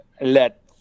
Let